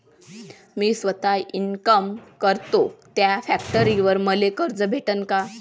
मी सौता इनकाम करतो थ्या फॅक्टरीवर मले कर्ज भेटन का?